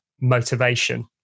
motivation